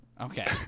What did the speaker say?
okay